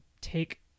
take